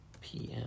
PM